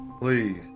please